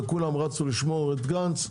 וכולם רצו לשמור על גנץ,